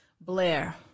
Blair